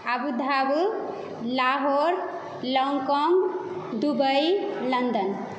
Abu Dhabi Lahore Hong Kong Dubai London